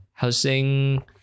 Housing